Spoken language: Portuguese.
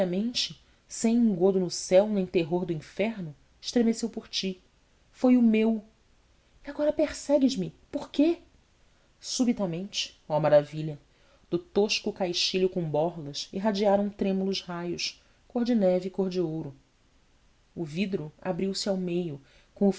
espontaneamente sem engodo no céu nem terror do inferno estremeceu por ti foi o meu e agora perseguesme por quê subitamente oh maravilha do tosco caixilho com borlas irradiaram trêmulos raios cor de neve e cor de ouro o vidro abriu-se ao meio com